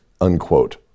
unquote